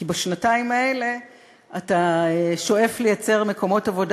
כי בשנתיים האלה אתה שואף לייצר מקומות עבודה